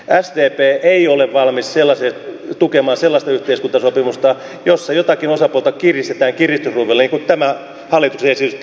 sdp ei ole valmis tukemaan sellaista yhteiskuntasopimusta jossa jotakin osapuolta kiristetään kiristysruuvilla niin kuin tämä hallituksen esitys tekee tällä hetkellä